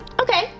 Okay